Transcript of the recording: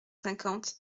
cinquante